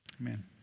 Amen